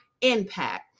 impact